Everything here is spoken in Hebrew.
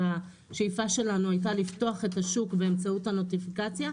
והשאיפה שלנו הייתה לפתוח את השוק באמצעות הנוטיפיקציה.